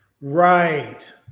Right